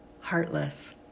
Heartless